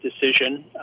decision